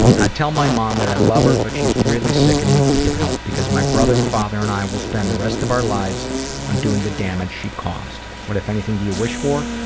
i'd tell my mom that i love her but she's really sick and needs to get help because my brother, father and i will spend the rest of our lives undoing the damage she caused. what if anything do you wish for?